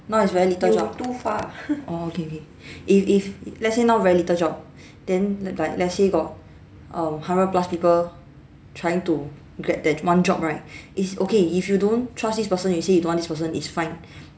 now it's very little job orh okay okay if if let's say now very little job then like let's say got err hundred plus people trying to get that one job right it's okay if you don't trust this person you say you don't want this person it's fine